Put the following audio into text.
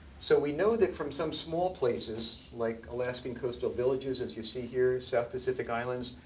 so we know that from some small places, like alaskan coastal villages as you see here, south pacific islands,